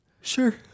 Sure